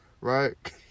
right